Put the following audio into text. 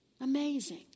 Amazing